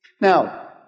Now